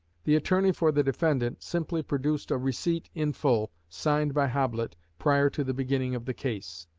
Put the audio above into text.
the attorney for the defendant simply produced a receipt in full, signed by hoblit prior to the beginning of the case.